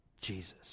Jesus